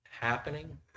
happening